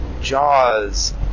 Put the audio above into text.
jaws